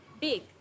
big